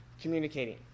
communicating